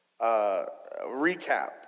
recap